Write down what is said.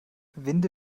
winde